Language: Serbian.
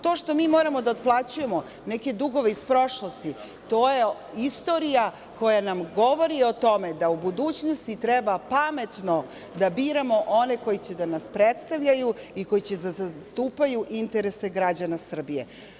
To što mi moramo da otplaćujemo neke dugove iz prošlosti, to je istorija koja nam govori o tome da u budućnosti treba pametno da biramo one koji će da nas predstavljaju i koji će da zastupaju interese građana Srbije.